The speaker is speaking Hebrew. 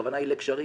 הכוונה היא לגשרים,